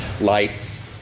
lights